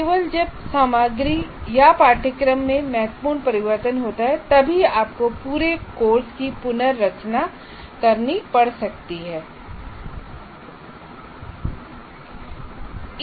केवल जब सामग्री या पाठ्यक्रम में महत्वपूर्ण परिवर्तन होता है तभी आपको पूरे कोर्स की पुनर्रचना करनी पढ़ सकतीहै